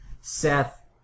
Seth